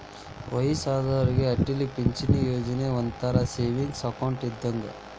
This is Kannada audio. ವಯ್ಯಸ್ಸಾದೋರಿಗೆ ಅಟಲ್ ಪಿಂಚಣಿ ಯೋಜನಾ ಒಂಥರಾ ಸೇವಿಂಗ್ಸ್ ಅಕೌಂಟ್ ಇದ್ದಂಗ